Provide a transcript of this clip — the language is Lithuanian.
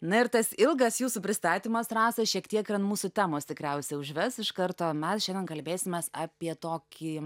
na ir tas ilgas jūsų pristatymas rasa šiek tiek ir ant mūsų temos tikriausiai užves iš karto mes šiandien kalbėsimės apie tokį